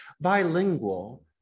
bilingual